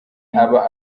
aba